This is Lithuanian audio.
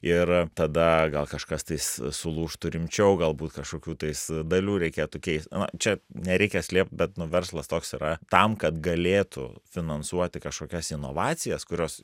ir tada gal kažkas tais sulūžtų rimčiau galbūt kažkokių tais dalių reikėtų keist na čia nereikia slėpt bet nu verslas toks yra tam kad galėtų finansuoti kažkokias inovacijas kurios